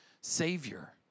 Savior